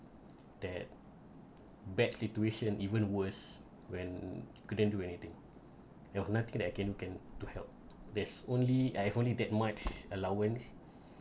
that bad situation even worse when couldn't do anything you have nothing that I can can to help there's only I fully that much allowance